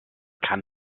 kann